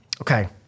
Okay